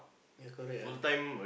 ya correct ah